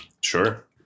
Sure